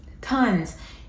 Tons